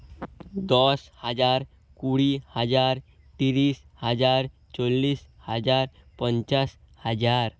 দশ হাজার কুড়ি হাজার তিরিশ হাজার চল্লিশ হাজার পঞ্চাশ হাজার